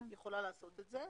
היא יכולה לעשות את זה,